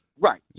Right